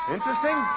Interesting